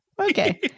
Okay